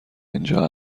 اینجا